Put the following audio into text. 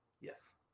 Yes